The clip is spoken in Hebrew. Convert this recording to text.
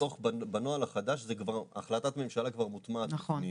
בנוהל החדש זה כבר החלטת ממשלה כבר מוטמעת בפנים.